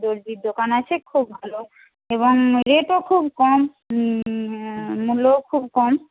দর্জির দোকান আছে খুব ভালো এবং রেটও খুব কম মূল্যও খুব কম